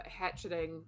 hatcheting